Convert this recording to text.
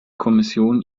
kommission